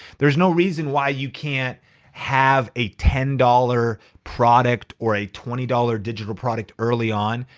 there's no reason why you can't have a ten dollars product or a twenty dollars digital product early on.